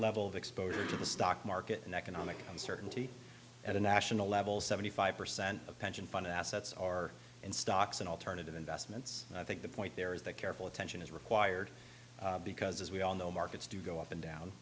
level of exposure to the stock market in economic uncertainty at a national level seventy five percent of pension fund assets are in stocks and alternative investments and i think the point there is that careful attention is required because as we all know markets do go up and down